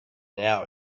now